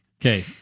Okay